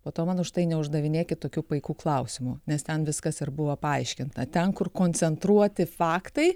po to man už tai neuždavinėkit tokių paikų klausimų nes ten viskas ir buvo paaiškinta ten kur koncentruoti faktai